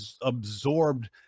absorbed